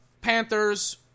Panthers